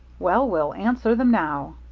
well, we'll answer them now,